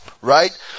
Right